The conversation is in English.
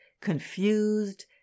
confused